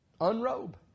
Unrobe